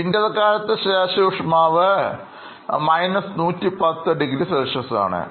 Winter കാലത്ത് ശരാശരി ഊഷ്മാവ് 110° Cആണ്